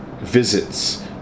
visits